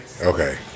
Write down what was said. Okay